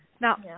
Now